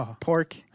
pork